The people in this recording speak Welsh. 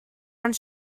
ond